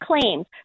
claims